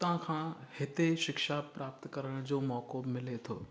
हुतां खां हिते शिक्षा प्राप्त करण जो मौक़ो मिले थो